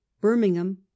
Birmingham